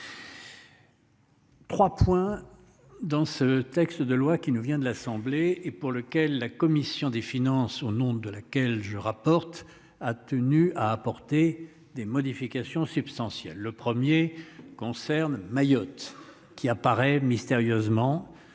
Trois points dans ce texte de loi qui nous vient de l'Assemblée et pour lequel la commission des finances au nom de laquelle je rapporte a tenu à apporter des modifications substantielles le 1er concerne Mayotte qui apparaît mystérieusement